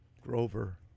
Grover